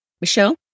Michelle